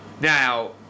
Now